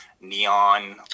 neon